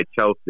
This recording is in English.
Chelsea